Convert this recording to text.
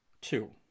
Two